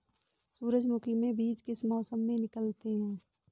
सूरजमुखी में बीज किस मौसम में निकलते हैं?